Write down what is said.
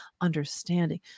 understanding